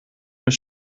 mijn